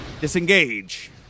disengage